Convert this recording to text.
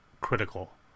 critical